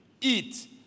eat